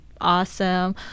Awesome